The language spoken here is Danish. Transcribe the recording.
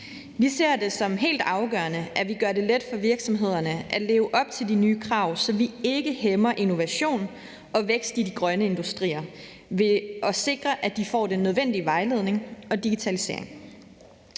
Vi ser det som helt afgørende, at vi gør det let for virksomhederne at leve op til de nye krav, så vi ikke hæmmer innovation og vækst i de grønne industrier, ved at sikre, at de får den nødvendige vejledning og digitalisering.